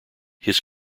his